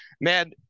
man